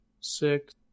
Six